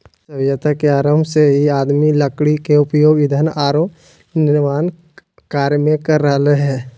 सभ्यता के आरंभ से ही आदमी लकड़ी के उपयोग ईंधन आरो निर्माण कार्य में कर रहले हें